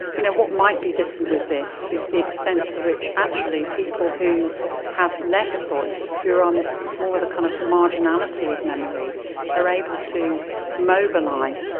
you know, what might be different with this is the extent to which actually people who have less voice, who are on more of the kind of marginality of memory are able to mobilise.